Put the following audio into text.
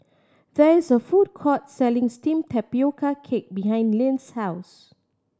there is a food court selling steamed tapioca cake behind Lyn's house